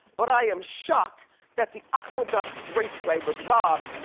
but i am shocked that the aqueduct raceway was robbed